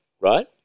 right